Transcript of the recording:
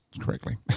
correctly